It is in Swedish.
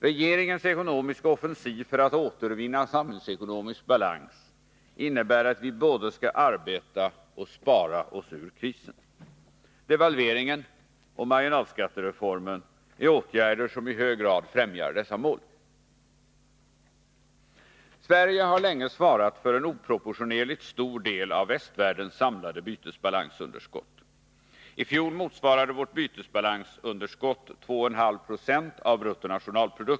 Regeringens ekonomiska offensiv för att återvinna samhällsekonomisk balans innebär att vi både skall arbeta och spara oss ur krisen. Devalveringen och marginalskattereformen är åtgärder som i hög grad främjar dessa mål. Sverige har länge svarat för en oproportionerligt stor del av västvärldens samlade bytesbalansunderskott. I fjol motsvarade vårt bytesbalansunderskott 2,5 20 av BNP.